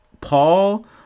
paul